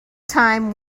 time